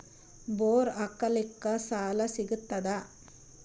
Bore ಹಾಕಲಿಕ್ಕ ಸಾಲ ಸಿಗತದ?